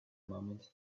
moment